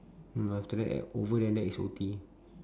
mm after that at over than that is O_T